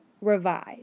revive